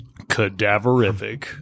Cadaverific